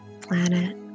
planet